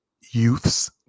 youths